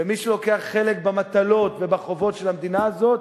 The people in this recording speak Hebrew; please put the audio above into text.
ומי שלוקח חלק במטלות ובחובות של המדינה הזאת,